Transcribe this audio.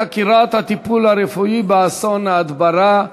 חקירת הטיפול הרפואי באסון ההדברה.